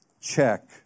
check